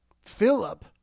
Philip